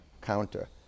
counter